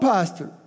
Pastor